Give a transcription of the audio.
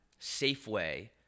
Safeway